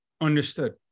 Understood